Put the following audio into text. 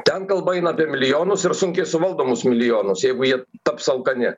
ten kalba eina apie milijonus ir sunkiai suvaldomus milijonus jeigu jie taps alkani